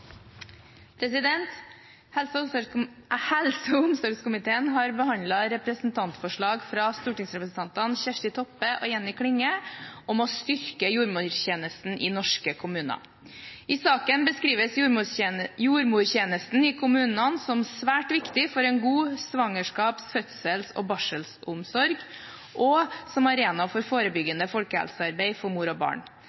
Helse- og omsorgskomiteen har behandlet representantforslaget fra stortingsrepresentantene Kjersti Toppe og Jenny Klinge om å styrke jordmortjenesten i norske kommuner. I saken beskrives jordmortjenesten i kommunene som svært viktig for en god svangerskaps-, fødsels- og barselomsorg og som arena for forebyggende folkehelsearbeid for mor og barn.